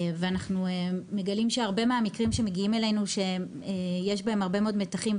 ואנחנו מגלים שהרבה מהמקרים שמגיעים אלינו שיש בהם הרבה מאוד מתחים,